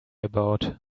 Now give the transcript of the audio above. about